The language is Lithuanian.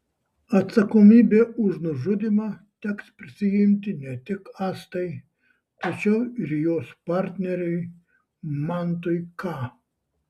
atsakomybę už nužudymą teks prisiimti ne tik astai tačiau ir jos partneriui mantui k